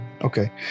Okay